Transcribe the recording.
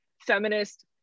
feminist